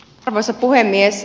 arvoisa puhemies